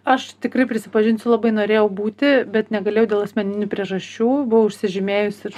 aš tikrai prisipažinsiu labai norėjau būti bet negalėjau dėl asmeninių priežasčių buvau užsižymėjusi ir